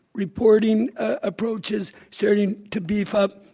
reporting, approaches, starting to beef up.